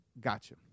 gotcha